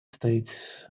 states